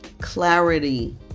clarity